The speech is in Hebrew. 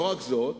לא רק זאת,